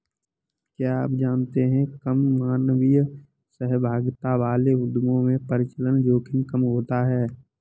क्या आप जानते है कम मानवीय सहभागिता वाले उद्योगों में परिचालन जोखिम कम होता है?